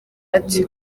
ati